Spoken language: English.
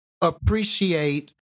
appreciate